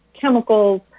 chemicals